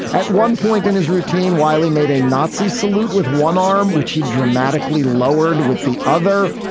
at one point in his routine, wiley made a nazi salute with one arm, which he dramatically lowered with the other.